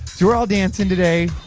so we're all dancing today.